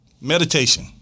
meditation